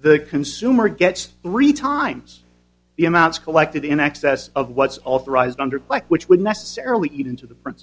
the consumer gets three times the amounts collected in excess of what's authorized under kleck which would necessarily eat into the prin